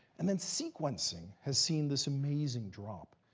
and then, sequencing has seen this amazing drop.